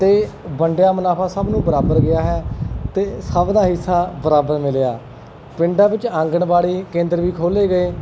ਅਤੇ ਵੰਡਿਆ ਮੁਨਾਫਾ ਸਭ ਨੂੰ ਬਰਾਬਰ ਗਿਆ ਹੈ ਅਤੇ ਸਭ ਦਾ ਹਿੱਸਾ ਬਰਾਬਰ ਮਿਲਿਆ ਪਿੰਡਾਂ ਵਿੱਚ ਆਂਗਣਵਾੜੀ ਕੇਂਦਰ ਵੀ ਖੋਲੇ ਗਏ